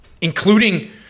including